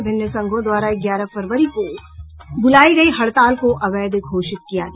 विभिन्न संघों द्वारा ग्यारह फरवरी को बुलाई गयी हड़ताल को अवैध घोषित किया गया